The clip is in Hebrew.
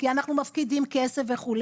כי אנחנו מפקידים כסף וכו'.